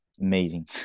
amazing